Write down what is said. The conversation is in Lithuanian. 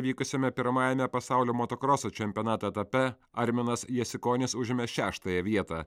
vykusiame pirmajame pasaulio motokroso čempionato etape arminas jasikonis užėmė šeštąją vietą